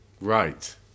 Right